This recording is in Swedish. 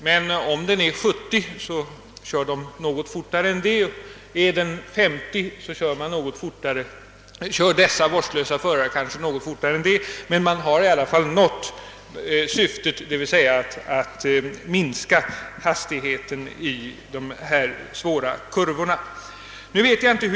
Men om gränsen är satt vid 70 km kör de ju något fortare än denna hastighet; är gränsen satt vid 530 km kör de något fortare än detta. Det betyder att man dock skulle nå syftet att minska hastigheten i svåra kurvor av det här slaget.